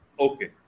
Okay